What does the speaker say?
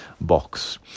box